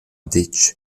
detg